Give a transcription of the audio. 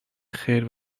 خیر